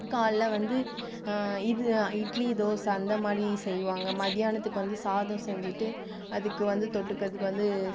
காலையில் வந்து இது இட்லி தோசை அந்த மாதிரி செய்வாங்க மத்தியானத்துக்கு வந்து சாதம் செஞ்சிட்டு அதுக்கு வந்து தொட்டுக்கிறதுக்கு வந்து